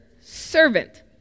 servant